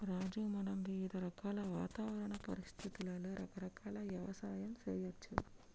రాజు మనం వివిధ రకాల వాతావరణ పరిస్థితులలో రకరకాల యవసాయం సేయచ్చు